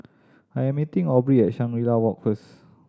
I am meeting Aubrey at Shangri La Walk first